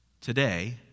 Today